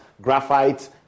graphite